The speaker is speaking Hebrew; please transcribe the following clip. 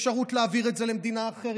אפשרות להעביר את זה למדינה אחרת.